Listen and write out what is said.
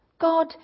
God